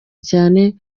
cyane